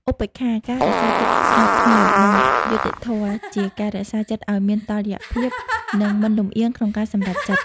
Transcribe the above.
ឧបេក្ខា ការរក្សាចិត្តស្ងប់ស្ងៀម និងយុត្តិធម៌ជា ការរក្សាចិត្តឱ្យមានតុល្យភាព និងមិនលំអៀងក្នុងការសម្រេចចិត្ត។